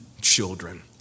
children